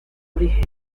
origen